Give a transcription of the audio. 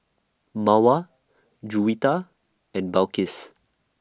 Mawar Juwita and Balqis